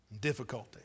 Difficulty